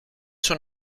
son